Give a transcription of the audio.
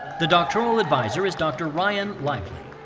the doctoral advisor is dr. ryan lively.